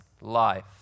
life